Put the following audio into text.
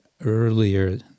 earlier